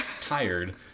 tired